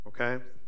Okay